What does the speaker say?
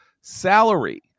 salary